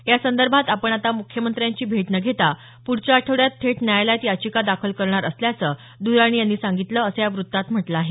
यासंदर्भात आपण आता मुख्यमंत्र्यांची भेट न घेता पुढच्या आठवड्यात थेट न्यायालयात याचिका दाखल करणार असल्याचं दुर्राणी यांनी सांगितलं असं या वृत्तात म्हटलं आहे